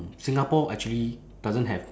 singapore actually doesn't have